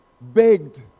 begged